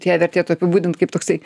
ją vertėtų apibūdint kaip toksai